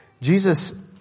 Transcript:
Jesus